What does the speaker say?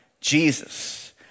Jesus